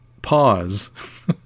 pause